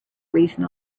reason